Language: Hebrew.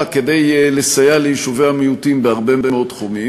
כדי לסייע ליישובי המיעוטים בהרבה מאוד תחומים.